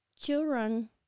children